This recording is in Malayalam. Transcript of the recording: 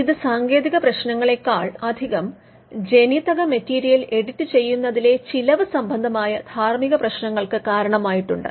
ഇത് സാങ്കേതിക പ്രശ്നങ്ങളേക്കാൾ അധികം ജനിതക മെറ്റീരിയൽ എഡിറ്റുചെയ്യുന്നതിലെ ചിലവ് സംബന്ധമായ ധാർമ്മിക പ്രശ്നങ്ങൾക്ക് കാരണമായിട്ടുണ്ട്